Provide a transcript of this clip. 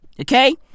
okay